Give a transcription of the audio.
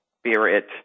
spirit